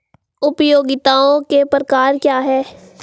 उपयोगिताओं के प्रकार क्या हैं?